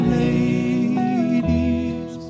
ladies